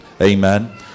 amen